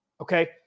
Okay